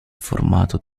formato